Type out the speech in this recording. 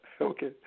okay